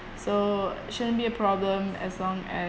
so shouldn't be a problem as long as